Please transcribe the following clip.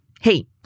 hey